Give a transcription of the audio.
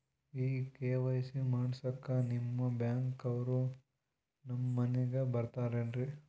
ಈ ಕೆ.ವೈ.ಸಿ ಮಾಡಸಕ್ಕ ನಿಮ ಬ್ಯಾಂಕ ಅವ್ರು ನಮ್ ಮನಿಗ ಬರತಾರೆನ್ರಿ?